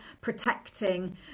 protecting